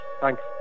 Thanks